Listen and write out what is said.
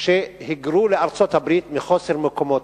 והיגרו לארצות-הברית מחוסר מקומות.